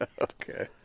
Okay